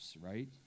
right